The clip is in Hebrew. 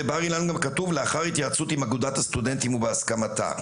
בבר אילן גם כתוב: לאחר התייעצות עם אגודת הסטודנטים ובהסכמתה.